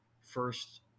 first